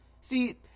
See